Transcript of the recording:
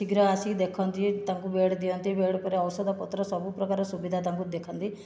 ଶୀଘ୍ର ଆସିକି ଦେଖନ୍ତି ତାଙ୍କୁ ବେଡ଼୍ ଦିଅନ୍ତି ବେଡ଼୍ ପରେ ଔଷଧ ପତ୍ର ସବୁପ୍ରକାର ସୁବିଧା ତାଙ୍କୁ ଦେଖନ୍ତି